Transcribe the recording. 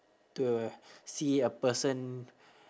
to see a person